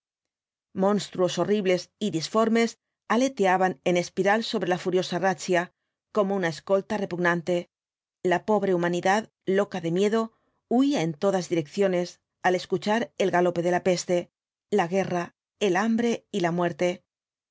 monstruos horribles y disformes aleteaban en espiral sobre la furiosa razia como una escolta repugnante la pobre humanidad loca de miedo huía en todas direcciones al escuchar el galope de la peste la guerra el hambre y la muerte